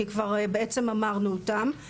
כי כבר בעצם אמרנו אותם.